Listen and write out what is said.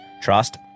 trust